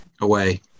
away